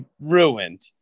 ruined